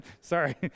sorry